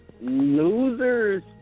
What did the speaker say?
Losers